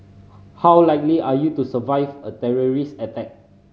how likely are you to survive a terrorist attack